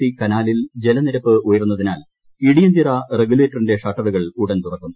C കനാലിൽ ജലനിരപ്പ് ഉയർന്നതിനാൽ ഇടിയഞ്ചിറ റെഗുലേറ്ററിന്റെ ഷട്ടറുകൾ ഉടൻ തുറക്കും